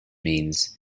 means